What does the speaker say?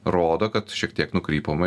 rodo kad šiek tiek nukrypome